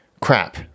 Crap